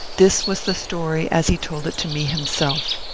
this was the story as he told it to me him self.